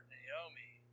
Naomi